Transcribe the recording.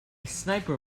sniper